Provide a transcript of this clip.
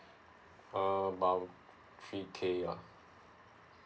oh about three k lah